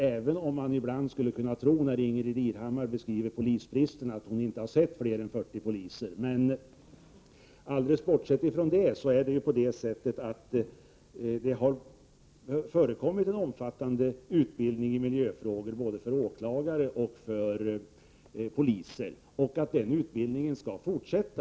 Men som Ingbritt Irhammar beskriver bristen på poliser skulle man kunna tro att hon inte har sett fler än 40 poliser. Bortsett från detta är det bara att konstatera att det har förekommit en omfattande utbildning i miljöfrågor för både åklagare och poliser. Den utbildningen skall också fortsätta.